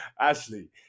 Ashley